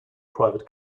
private